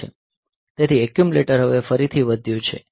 તેથી એક્યુમ્યુલેટર હવે ફરીથી વધ્યું છે